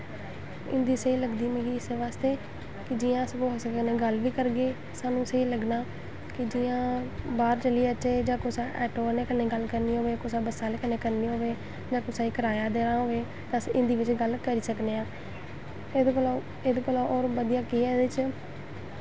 हिन्दी स्हेई लगदी मिगी इस्सै बास्तै कि जियां अस कुसै कन्नै गल्ल बी करगे सानूं स्हेई लग्गना कि जियां बाह्र चली जाच्चै जां कुसै ऐटो आह्ले कन्नै गल्ल करनी होऐ कुसै बस्सै आह्ले कन्नै करनी होए जां कुसै गी कराया देना होए अस हिन्दी बिच्च गल्ल करी सकने आं एह्दे कोला एह्दे कोला होर बधियै केह् ऐ एह्दे बिच्च